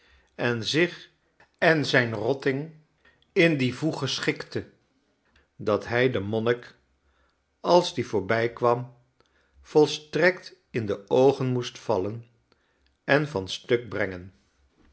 en zich en zijn rotting in dier voege schikte dat hij den monnik als die voorbijkwam volstrekt in de oogen moest vallen en van stuk brengen